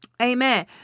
Amen